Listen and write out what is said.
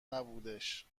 نبودش